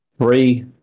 three